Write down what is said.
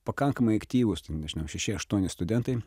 pakankamai aktyvūs nežinau šeši aštuoni studentai